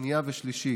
שנייה ושלישית.